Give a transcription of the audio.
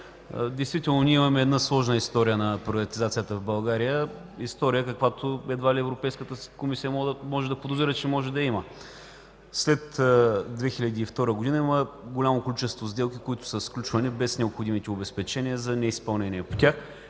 Действително имаме една сложна история на приватизацията в България, история, каквато едва ли Европейската комисия може да подозира, че може да има. След 2002 г. има голямо количество сделки, които са сключвани без необходимите обезпечения за неизпълнение по тях.